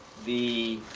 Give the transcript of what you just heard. the